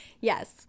Yes